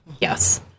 yes